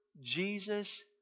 Jesus